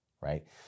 right